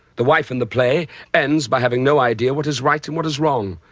the wife in the play ends by having no idea what is right and what is wrong.